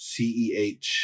CEH